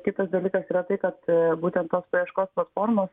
kitas dalykas yra tai kad būtent tos paieškos platformos